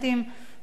ועל כן,